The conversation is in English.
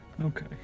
Okay